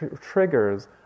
triggers